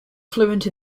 fluent